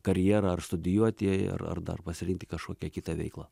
karjerą ar studijuoti ar ar dar pasirinkti kažkokią kitą veiklą